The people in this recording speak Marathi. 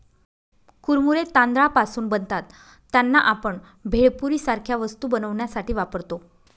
कुरमुरे तांदळापासून बनतात त्यांना, आपण भेळपुरी सारख्या वस्तू बनवण्यासाठी वापरतो